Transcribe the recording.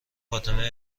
فاطمه